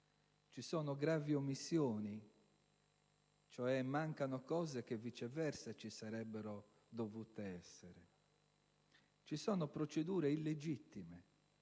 Ci sono gravi omissioni, cioè mancano disposizioni che, viceversa, avrebbero dovuto esserci. Ci sono procedure illegittime: